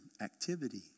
activity